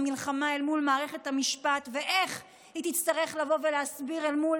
המלחמה אל מול מערכת המשפט ואיך היא תצטרך לבוא ולהסביר אל מול